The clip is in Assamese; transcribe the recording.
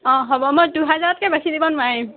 অ হ'ব মই দুহাজাৰতকৈ বেছি দিব নোৱাৰিম